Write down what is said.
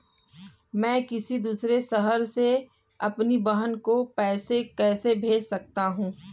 मैं किसी दूसरे शहर से अपनी बहन को पैसे कैसे भेज सकता हूँ?